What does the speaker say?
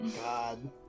God